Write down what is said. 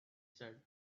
said